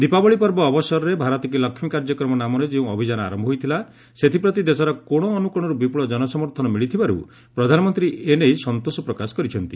ଦୀପାବଳି ପର୍ବ ଅବସରରେ ଭାରତ୍ କୀ ଲକ୍ଷ୍ମୀ କାର୍ଯ୍ୟକ୍ରମ ନାମରେ ଯେଉଁ ଅଭିଯାନ ଆରମ୍ଭ ହୋଇଥିଲା ସେଥିପ୍ରତି ଦେଶର କୋଣ ଅନୁକୋଶରୁ ବିପୁଳ ଜନ ସମର୍ଥନ ମିଳିଥିବାରୁ ପ୍ରଧାନମନ୍ତ୍ରୀ ଏନେଇ ସନ୍ତୋଷ ପ୍ରକାଶ କରିଛନ୍ତି